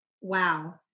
Wow